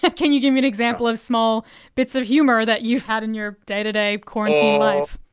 but can you give me an example of small bits of humour that you've had in your day-to-day quarantined life?